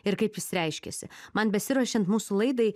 ir kaip jis reiškiasi man besiruošiant mūsų laidai